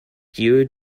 dieu